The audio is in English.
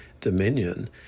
dominion